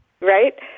Right